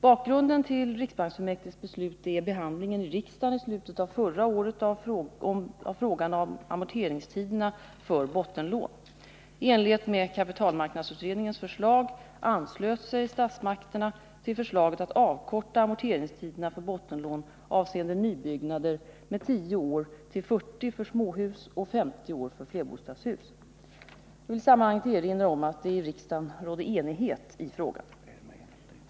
för småhus och 50 år för flerbostadshus. Jag vill i sammanhanget erinra om att det i riksdagen rådde enighet i frågan.